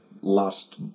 last